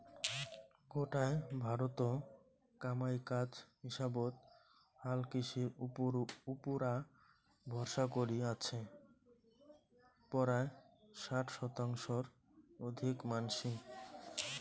গোটায় ভারতত কামাই কাজ হিসাবত হালকৃষির উপুরা ভরসা করি আছে পরায় ষাট শতাংশর অধিক মানষি